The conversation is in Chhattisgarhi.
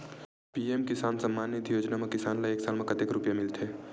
पी.एम किसान सम्मान निधी योजना म किसान ल एक साल म कतेक रुपिया मिलथे?